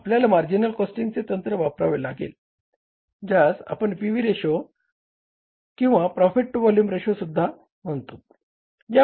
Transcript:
आपल्याला मार्जिनल कॉस्टिंगचे तंत्र वापरावे लागले ज्यास आपण पीव्ही रेशो म्हणतो